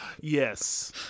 Yes